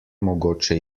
mogoče